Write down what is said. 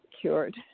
cured